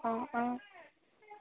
অঁ অঁ